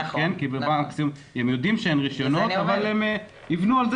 כי הם יודעים שאין רישיונות אבל הם יבנו על זה